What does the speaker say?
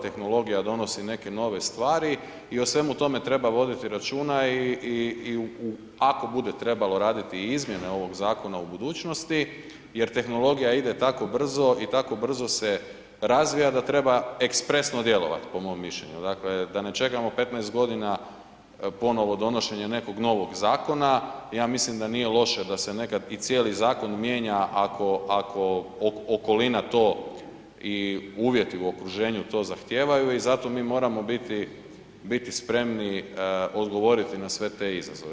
Tehnologija donosi neke nove stvari i o svemu tome treba voditi računa i ako bude trebalo raditi i izmjene ovog zakona u budućnosti jer tehnologija ide tako brzo i tako brzo se razvija da treba ekspresno djelovati po mom mišljenju, dakle da ne čekamo 15 godina ponovo donošenje nekog novog zakona, ja mislim da nije loše da se nekad i cijeli zakon mijenja ako okolina to i uvjeti u okruženju to zahtijevaju i zato mi moramo biti, biti spremni odgovoriti na sve te izazove.